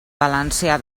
valencià